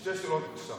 שתי שאלות, בבקשה.